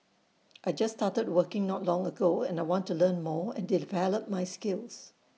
I just started working not long ago and I want to learn more and develop my skills